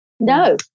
No